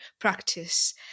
practice